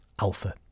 Alpha